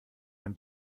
man